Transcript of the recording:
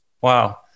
Wow